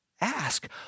Ask